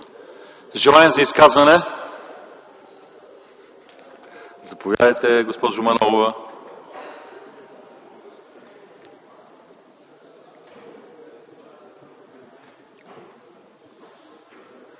Желание за изказване? Заповядайте, госпожо Манолова.